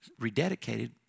rededicated